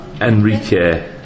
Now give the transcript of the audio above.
Enrique